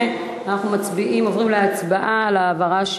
לוועדה,